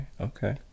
okay